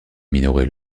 minoret